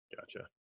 gotcha